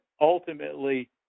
ultimately